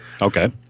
Okay